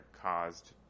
caused